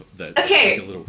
Okay